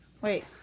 wait